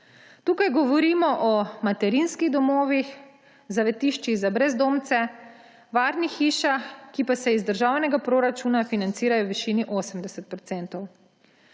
Tukaj govorimo o materinskih domovih, zavetiščih za brezdomce, varnih hišah, ki pa se iz državnega proračuna financirajo v višini 80 %.